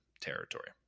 territory